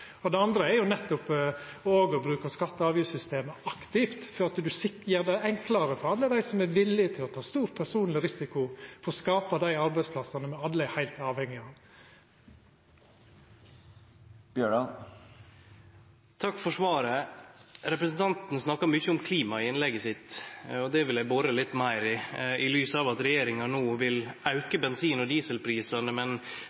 det. Det andre er nettopp òg å bruka skatte- og avgiftssystemet aktivt for å gjera det enklare for alle dei som er viljuge til å ta stor personleg risiko for å skapa dei arbeidsplassane me alle er heilt avhengige av. Takk for svaret. Representanten snakkar mykje om klimaet i innlegget sitt. Det vil eg bore litt meir i, i lys av at regjeringa no vil auke bensin- og dieselprisane, men